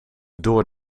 door